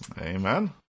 Amen